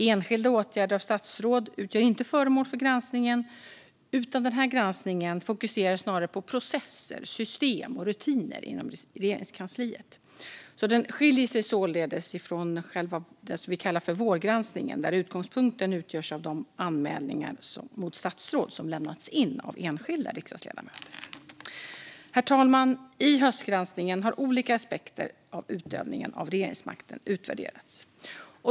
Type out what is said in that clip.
Enskilda åtgärder av statsråd utgör inte föremål för granskningen, utan denna granskning fokuserar snarare på processer, system och rutiner inom Regeringskansliet. Den skiljer sig således från det vi kallar vårgranskningen, där utgångspunkten utgörs av de anmälningar mot statsråd som lämnats in av enskilda riksdagsledamöter. Herr talman! I höstgranskningen har olika aspekter av utövningen av regeringsmakten utvärderats.